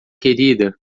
querida